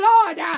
Lord